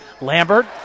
Lambert